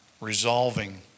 resolving